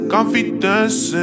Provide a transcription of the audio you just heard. Confidence